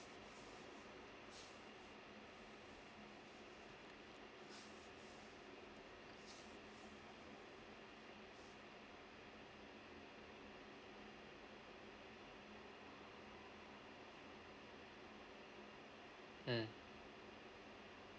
mm